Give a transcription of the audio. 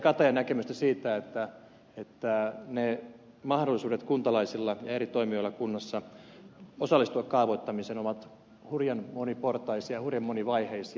katajan näkemystä siitä että ne mahdollisuudet kuntalaisilla ja eri toimijoilla kunnassa osallistua kaavoittamiseen ovat hurjan moniportaisia hurjan monivaiheisia